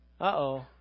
uh-oh